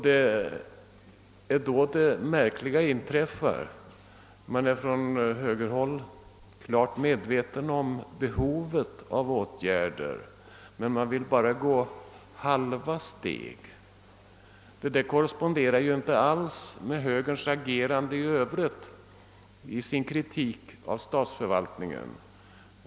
Det är då det märkliga inträffar: man är på högerhåll klart medveten om behovet av att vidtaga åtgärder, men man vill inte ta steget fullt ut utan bara gå fram med »halva» steg. Denna inställning korresponderar inte alls med högerns agerande i övrigt i dess kritik av statsförvaltningen.